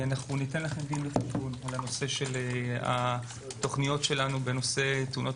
ניתן לכם דין וחשבון על התוכניות שלנו בנושא תאונות